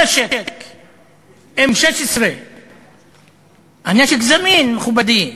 נשק 16M-. הנשק זמין, מכובדי.